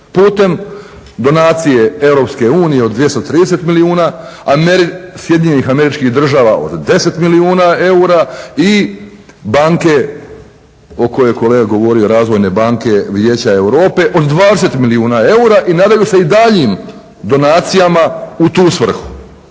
putem donacije EU od 230 milijuna, SAD-a od 10 milijuna eura i banke o kojoj je kolega govorio Razvojne banke Vijeća Europe od 20 milijuna eura i nadaju se i daljnjim donacijama u tu svrhu.